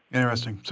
interesting.